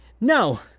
No